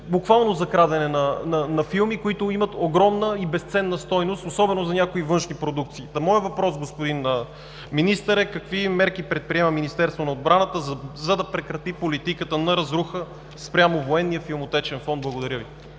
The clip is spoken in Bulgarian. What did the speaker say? буквално за крадене на филми, които имат огромна, безценна стойност, особено за някои външни продукции. Моят въпрос, господин Министър, е: какви мерки предприема Министерство на отбраната, за да прекрати политиката на разруха спрямо Военния филмотечен фонд? Благодаря Ви.